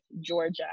Georgia